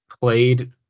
played